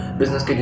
business